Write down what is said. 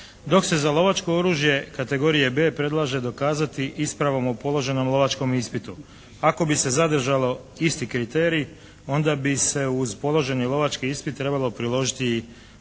dok se za lovačko oružje kategorije B predlaže dokazati ispravom o položenom lovačkom ispitu. Ako bi se zadržalo isti kriterij onda bi se uz položeni lovački ispit trebalo priložiti i